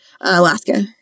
alaska